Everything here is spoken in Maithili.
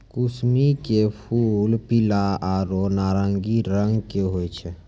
कुसमी के फूल पीला आरो नारंगी रंग के होय छै